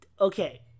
Okay